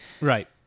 Right